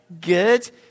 Good